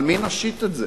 על מי נשית את זה?